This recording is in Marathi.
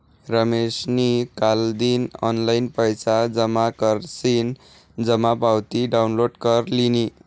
रमेशनी कालदिन ऑनलाईन पैसा जमा करीसन जमा पावती डाउनलोड कर लिनी